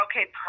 Okay